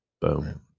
Boom